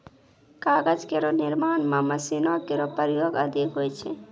कागज केरो निर्माण म मशीनो केरो प्रयोग अधिक होय छै